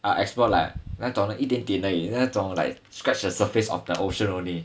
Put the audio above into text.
explore like 那种一点点而已那种 like scratch the surface of the ocean only